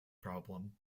problem